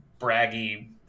braggy